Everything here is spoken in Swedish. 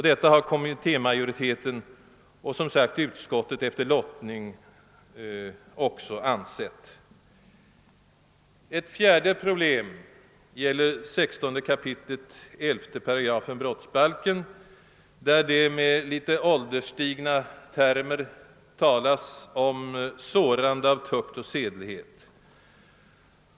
Detta har kommittémajoriteten och, som sagt, efter lottning också utskottet ansett. Den fjärde punkten gäller 16 kap. 11 8 brottsbalken, där det i litet ålderstigna termer talas om »sårande av tukt och sedlighet«.